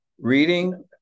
reading